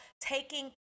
taking